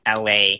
LA